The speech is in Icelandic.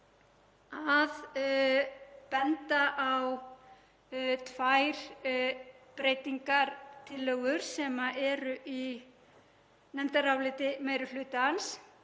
að benda á tvær breytingartillögur sem eru í nefndaráliti meiri hlutans